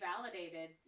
validated